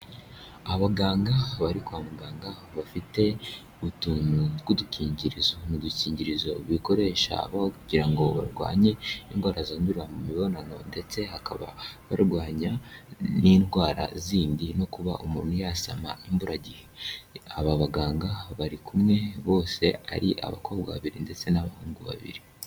Abaganga bari kwa muganga bafite utuntu tw'udukingirizo, n'udukingirizo bikoresha bagira ngo barwanye indwara zandurira mu mibonano ndetse hakaba barwanya n'indwara zindi no kuba umuntu yasama imburagihe, aba baganga bari kumwe bose ari abakobwa babiri ndetse n'abahungu babiri.